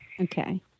Okay